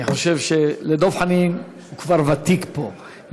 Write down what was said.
שאני חושב: דב חנין כבר ותיק פה,